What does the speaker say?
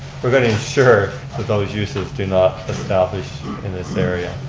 we're going to ensure that those uses do not establish in this area.